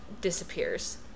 disappears